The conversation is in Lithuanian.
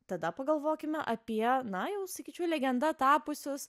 tada pagalvokime apie na jau sakyčiau legenda tapusios